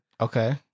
Okay